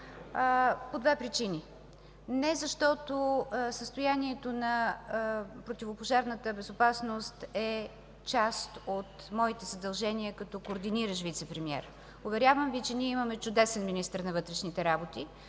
по две причини – не защото състоянието на противопожарната безопасност е част от моите задължения, като координиращ вицепремиер. Уверявам Ви, че ние имаме чудесен министър на вътрешните работи,